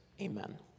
Amen